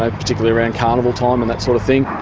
ah particularly around carnival time and that sort of thing.